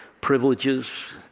privileges